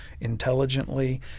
intelligently